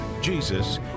Jesus